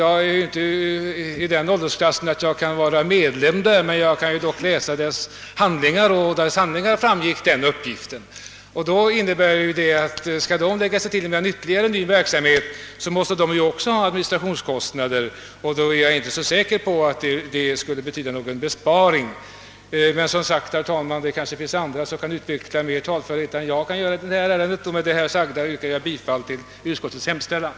Jag är själv inte i den åldern att jag kan vara medlem där, men jag kan ju ändå läsa deras handlingar, och av dem framgår att verksamheten är internationell. Om landsrådet då utökar sitt arbete med en helt ny verksamhet, så måste man väl också få administrationskostnader för den, och därför är jag inte säker på att reservanternas förslag skulle betyda någon besparing. Men det finns kanske andra talare som kan utveckla dessa synpunkter bättre än jag. Herr talman! Med det anförda yrkar jag bifall till utskottets hemställan.